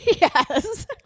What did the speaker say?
Yes